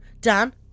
Dan